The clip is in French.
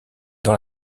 dans